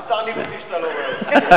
אל תעליב אותי שאתה לא רואה אותי.